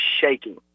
shaking